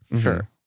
Sure